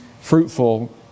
fruitful